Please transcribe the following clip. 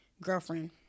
girlfriend